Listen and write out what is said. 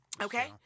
Okay